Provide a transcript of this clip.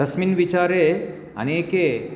तस्मिन् विचारे अनेके